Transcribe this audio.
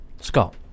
Scott